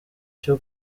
cyo